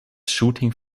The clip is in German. shooting